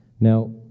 Now